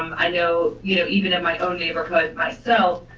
um i know you know, even in my own neighborhood, myself,